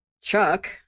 Chuck